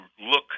look